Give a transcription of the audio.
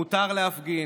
מותר להפגין,